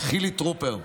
חילי טרופר.